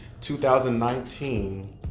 2019